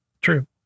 True